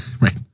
right